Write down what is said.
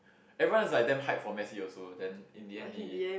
everyone is like damn hype for Messi also then in the end he